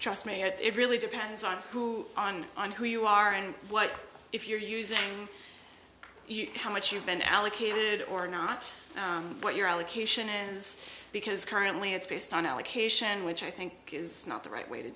trust me it really depends on who on on who you are and what if you're using how much you've been allocated or not what your allocation is because currently it's based on allocation which i think is not the right way to